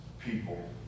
people